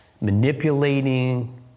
manipulating